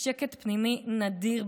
בשקט פנימי נדיר,